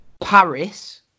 Paris